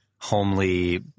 homely